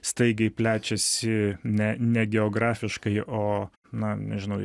staigiai plečiasi ne ne geografiškai o na nežinau